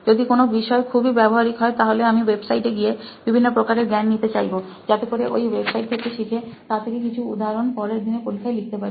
যদি কোনো বিষয় খুবই ব্যবহারিক হয়তাহলে আমি ওয়েবসাইট এ গিয়ে বিভিন্ন প্রকারের জ্ঞান নিতে চাইবোযাতে করে ওই ওয়েবসাইট থেকে শিখে তার থেকে কিছু উদাহরণ পরের দিনের পরীক্ষায় লিখতে পারি